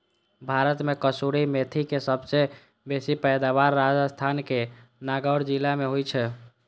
भारत मे कसूरी मेथीक सबसं बेसी पैदावार राजस्थानक नागौर जिला मे होइ छै